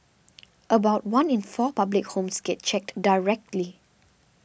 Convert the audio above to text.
about one in four public homes gets checked directly